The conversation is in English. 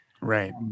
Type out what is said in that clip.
Right